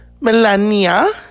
Melania